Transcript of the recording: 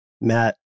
Matt